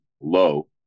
low